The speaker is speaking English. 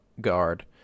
guard